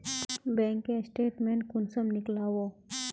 Bank के statement कुंसम नीकलावो?